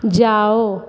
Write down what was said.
जाओ